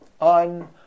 on